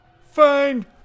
Fine